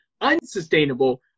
Unsustainable